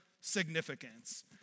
significance